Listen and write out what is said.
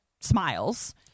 smiles